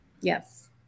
Yes